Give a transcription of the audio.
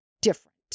different